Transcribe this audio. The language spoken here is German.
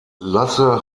lasse